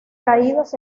caídos